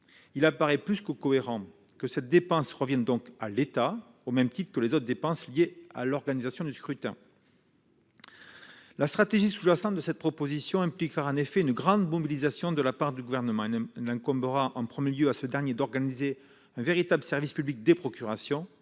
Il semble plus que cohérent que cette dépense revienne à l'État, au même titre que les autres dépenses liées à l'organisation du scrutin. La stratégie sous-jacente de ce texte impliquera une grande mobilisation de la part du Gouvernement. Il incombera tout d'abord à ce dernier d'organiser un véritable service public des procurations.